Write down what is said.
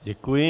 Děkuji.